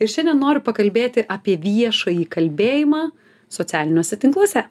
ir šiandien noriu pakalbėti apie viešąjį kalbėjimą socialiniuose tinkluose